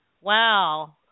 Wow